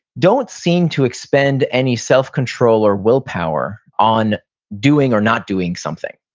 don't seem to expend any self-control or willpower on doing, or not doing, something.